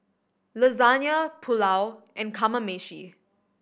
Lasagne Pulao and Kamameshi